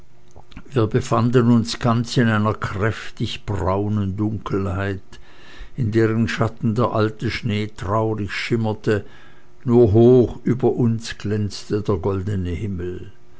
wir befanden uns ganz in einer kräftig braunen dunkelheit in deren schatten der alte schnee traurig schimmerte nur hoch über uns glänzte der goldene himmel